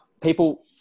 people